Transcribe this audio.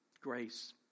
Grace